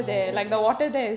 oh oh oh